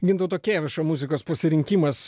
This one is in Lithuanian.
gintauto kėvišo muzikos pasirinkimas